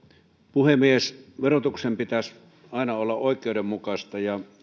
puhemies verotuksen pitäisi aina olla oikeudenmukaista ja